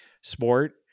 sport